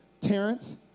Terrence